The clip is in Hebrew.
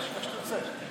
מה שתרצה.